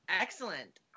Excellent